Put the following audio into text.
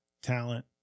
talent